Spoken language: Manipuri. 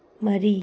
ꯃꯔꯤ